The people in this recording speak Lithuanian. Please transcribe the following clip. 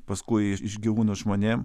paskui iš iš gyvūnų žmonėm